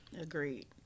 Agreed